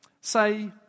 say